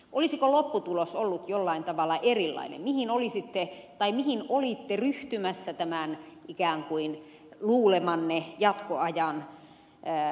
olisiko lopputulos ollut jollain tavalla erilainen tai mihin olitte ryhtymässä tämän ikään kuin luulemanne jatkoajan aikana